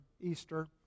Easter